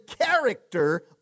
character